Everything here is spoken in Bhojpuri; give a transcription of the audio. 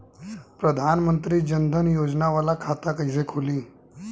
प्रधान मंत्री जन धन योजना वाला खाता कईसे खुली?